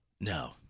No